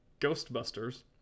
Ghostbusters